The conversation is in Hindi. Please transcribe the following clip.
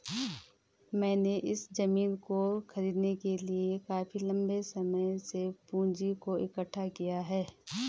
मैंने इस जमीन को खरीदने के लिए काफी लंबे समय से पूंजी को इकठ्ठा किया है